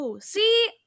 see